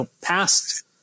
past